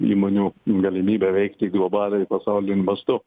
įmonių galimybę veikti globaliai pasauliniu mastu